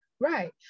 right